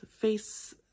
face